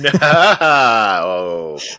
No